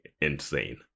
insane